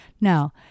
Now